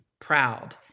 proud